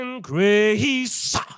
grace